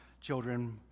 children